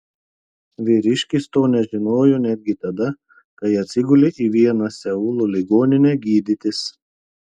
vyriškis to nežinojo netgi tada kai atsigulė į vieną seulo ligoninę gydytis